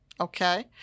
Okay